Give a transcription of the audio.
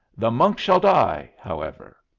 the monk shall die, however.